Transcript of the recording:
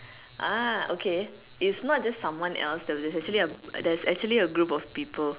ah okay it's not just someone else that was there there was actually there's actually a group of people